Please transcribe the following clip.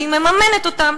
שהיא מממנת אותם,